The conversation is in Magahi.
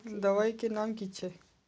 दबाई के नाम की छिए?